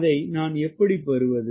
அதை நான் எப்படிப் பெறுவது